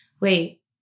wait